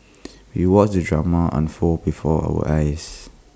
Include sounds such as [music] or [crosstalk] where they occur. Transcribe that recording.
[noise] we watched the drama unfold before our eyes